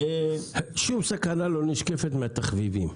שום סכנה לא נשקפת מן התחביבים.